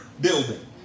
building